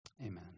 Amen